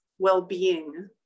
well-being